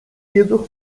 hierdurch